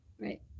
Right